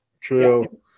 true